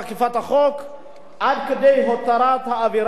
עד כדי הותרת העבירה כאות מתה.